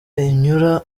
unyura